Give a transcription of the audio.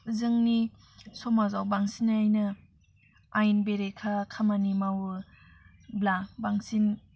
जोंनि समाजाव बांसिनैनो आयेन बेरेखा खामानि मावोब्ला बांसिन